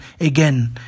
again